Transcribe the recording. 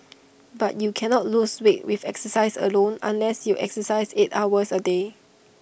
but you cannot lose weight with exercise alone unless you exercise eight hours A day